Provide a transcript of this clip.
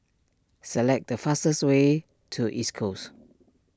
select the fastest way to East Coast